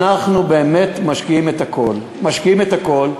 אנחנו באמת משקיעים את הכול, משקיעים את הכול.